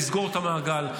נסגור את המעגל.